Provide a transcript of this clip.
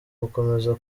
gukomeza